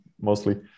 mostly